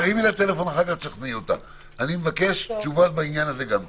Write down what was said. אני מבקש תשובות בעניין הזה גם כן.